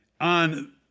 on